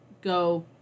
go